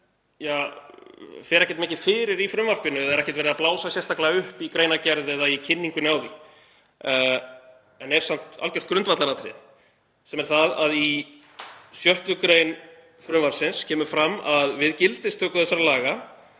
sem fer ekkert mikið fyrir í frumvarpinu, er ekkert verið að blása sérstaklega upp í greinargerð eða í kynningunni á því en er samt algjört grundvallaratriði. Í 6. gr. frumvarpsins kemur fram að við gildistöku þessara laga